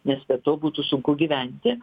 nes be to būtų sunku gyventi